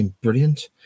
brilliant